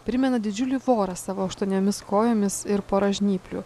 primena didžiulį vorą savo aštuoniomis kojomis ir pora žnyplių